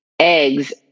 eggs